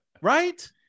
Right